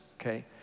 okay